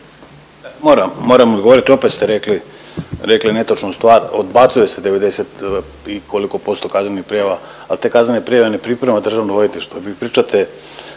Moram, moram odgovoriti. Opet ste rekli netočnu stvar. Odbacuje se 90 i koliko posto kaznenih prijava, a te kaznene prijave ne priprema Državno odvjetništvo. Vi pričate